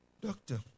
doctor